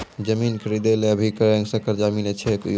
जमीन खरीदे ला भी बैंक से कर्जा मिले छै यो?